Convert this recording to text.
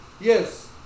Yes